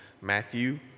Matthew